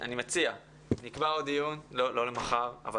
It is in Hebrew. אני מציע שנקבע עוד דיון לא למחר אבל